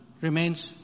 remains